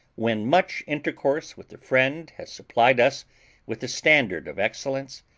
when much intercourse with a friend has supplied us with a standard of excellence,